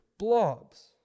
blobs